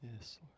Yes